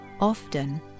often